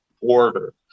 order